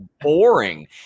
boring